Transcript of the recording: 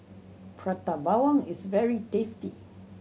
Prata Bawang is very tasty